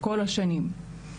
כל השנים,